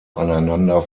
aneinander